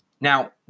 Now